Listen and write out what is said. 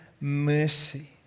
mercy